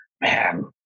man